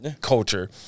culture